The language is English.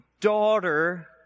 daughter